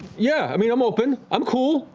yeah, i mean i'm open. i'm cool.